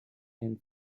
and